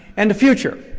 and the future.